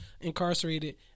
incarcerated